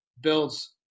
builds